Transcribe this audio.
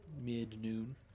mid-noon